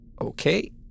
Okay